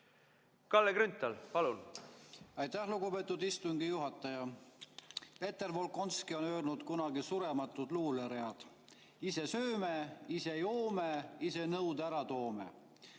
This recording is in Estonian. Kalle Grünthal, palun! Aitäh, lugupeetud istungi juhataja! Peeter Volkonski on öelnud kunagi surematud luuleread: "Ise sööme, ise joome, ise nõudki ära toome."